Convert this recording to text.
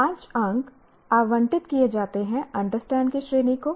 5 अंक आवंटित किए जाते अंडरस्टैंड की श्रेणी को